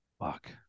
Fuck